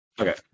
Okay